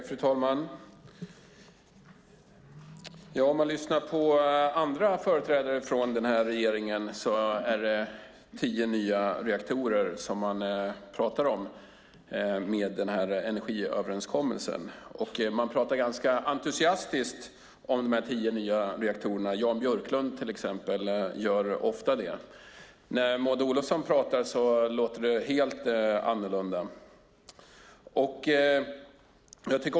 Fru talman! Om man lyssnar på andra företrädare för regeringen talar de om tio nya reaktorer i och med energiöverenskommelsen. De talar ganska entusiastiskt om de tio nya reaktorerna. Till exempel gör Jan Björklund ofta det. När Maud Olofsson talar låter det helt annorlunda.